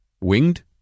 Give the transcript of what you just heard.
winged